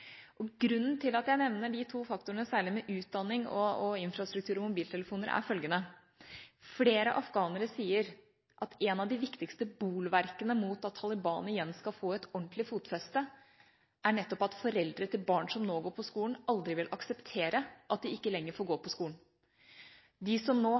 2001. Grunnen til at jeg nevner de to faktorene, særlig utdanning, infrastruktur og mobiltelefoner, er følgende: Flere afghanere sier at et av de viktigste bolverkene mot at Taliban igjen skal få et ordentlig fotfeste er nettopp at foreldre til barn som nå går på skolen, aldri vil akseptere at de ikke lenger får gå på skolen. De som nå